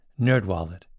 Nerdwallet